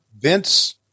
Vince